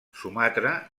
sumatra